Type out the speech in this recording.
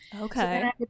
Okay